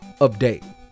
update